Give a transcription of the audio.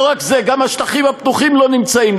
לא רק זה, גם השטחים הפתוחים לא נמצאים.